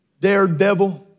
Daredevil